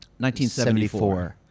1974